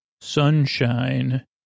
Sunshine